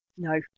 No